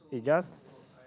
it just